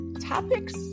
topics